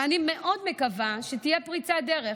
ואני מאוד מקווה שתהיה פריצת דרך.